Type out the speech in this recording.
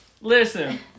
Listen